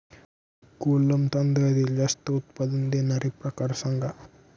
कोलम तांदळातील जास्त उत्पादन देणारे प्रकार सांगा